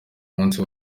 munsi